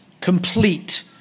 Complete